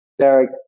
Derek